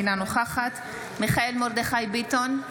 אינה נוכחת מיכאל מרדכי ביטון,